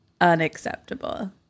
unacceptable